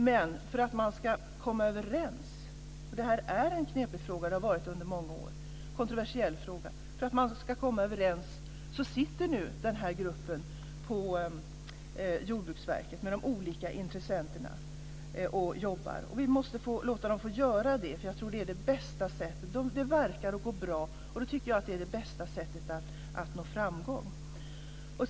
Men för att man ska komma överens - och det här är en kontroversiell fråga och har varit det under många år - jobbar nu den här gruppen på Jordbruksverket tillsammans med de olika intressenterna. Vi måste låta dem få göra det, för jag tror att det är det bästa sättet. Det verkar att gå bra. Då tycker jag att det är det bästa sättet att nå framgång.